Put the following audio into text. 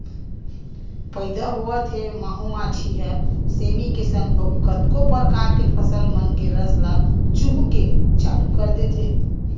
पइदा होवत ही माहो मांछी ह सेमी के संग अउ कतको परकार के फसल मन के रस ल चूहके के चालू कर देथे